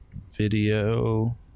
video